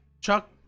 Chuck